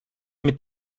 mit